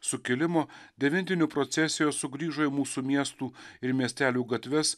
sukilimo devintinių procesijos sugrįžo į mūsų miestų ir miestelių gatves